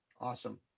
Awesome